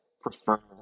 prefer